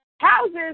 houses